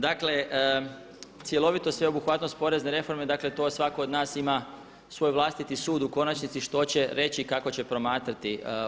Dakle, cjelovito sveobuhvatnost porezne reforme, dakle to svako od nas ima svoj vlastiti sud u konačnici što će reći, kako će promatrati.